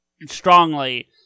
strongly